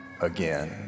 again